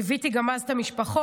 ליוויתי גם אז את המשפחות.